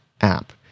app